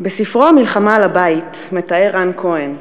בספרו "המלחמה על הבית" מתאר רן כהן,